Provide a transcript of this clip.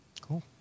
Cool